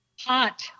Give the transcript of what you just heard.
Hot